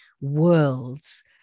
worlds